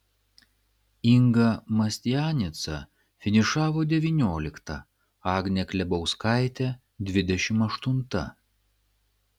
inga mastianica finišavo devyniolikta agnė klebauskaitė dvidešimt aštunta